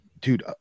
Dude